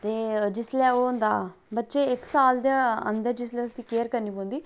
ते जिसलै ओह् होंदा बच्चें इक साल दे अन्दर जिसलै उसदी केयर करनी पौंदी